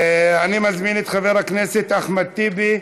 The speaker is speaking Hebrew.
אני מזמין את חבר הכנסת אחמד טיבי,